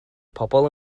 pobl